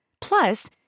Plus